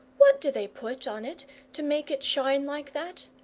what do they put on it to make it shine like that?